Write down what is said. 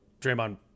Draymond